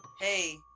Hey